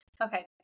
Okay